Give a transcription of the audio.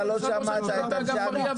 אתה לא שמעת את אנשי המקצוע.